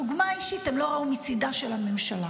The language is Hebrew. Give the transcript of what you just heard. דוגמה אישית הם לא ראו מצידה של הממשלה.